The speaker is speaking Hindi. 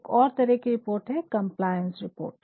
एक और तरह की रिपोर्ट है कंप्लायंस रिपोर्ट